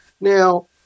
Now